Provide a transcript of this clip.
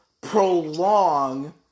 prolong